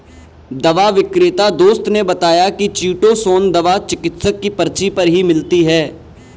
दवा विक्रेता दोस्त ने बताया की चीटोसोंन दवा चिकित्सक की पर्ची पर ही मिलती है